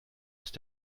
ist